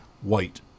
white